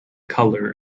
colour